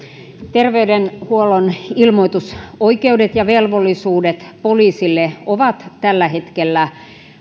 terveydenhuollon ilmoitusoikeudet ja velvollisuudet poliisille ovat tällä hetkellä